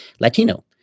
Latino